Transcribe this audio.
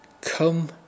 Come